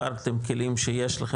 הפעלתם כלים שיש לכם,